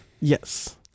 Yes